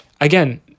Again